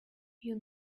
you